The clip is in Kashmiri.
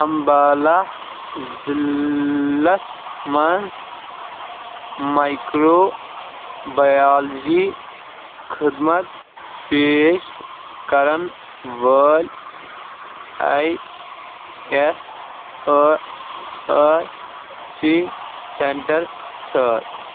اَمبالہ ضلعس منٛز مایِکرو بیالجی خدمت پیش کرن وٲلۍ I S A A I C centre ژھار